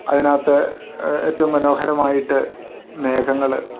അതിനകത്ത് ഏറ്റവും മനോഹരമായിട്ട് മേഘങ്ങൾ